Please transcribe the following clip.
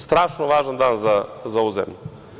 Strašno važan dan za ovu zemlju.